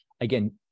Again